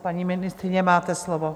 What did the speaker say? Paní ministryně, máte slovo.